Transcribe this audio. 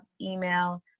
email